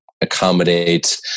accommodate